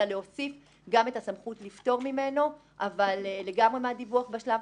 אלא להוסיף גם את הסמכות לפטור ממנו לגמרי מהדיווח בשלב